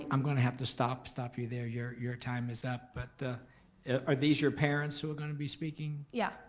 um i'm gonna have to stop stop you there, your your time is up. but, are these your parents who are gonna be speaking? yeah.